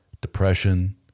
depression